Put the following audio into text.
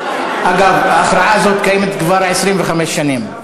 אגב, ההכרעה הזאת קיימת כבר 25 שנים.